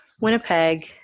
winnipeg